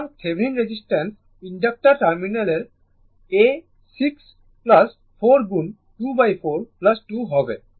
সুতরাং Thevenin resistance inductor টার্মিনালের এ 6 4 গুণ 24 2 হবে